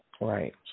Right